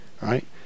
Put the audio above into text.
right